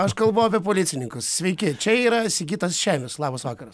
aš kalbu policininkas sveiki čia yra sigitas šemis labas vakaras